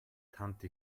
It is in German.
tante